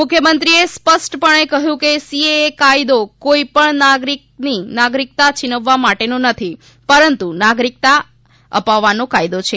મુખ્યમંત્રીશ્રીએ સ્પષ્ટપણે કહ્યું કે સીએએ કાયદો કોઈ પણ નાગરિકની નાગરિકતા છીનવવા માટેનો નથી પરંતુ નાગરિકતા આપવાનો કાયદો છે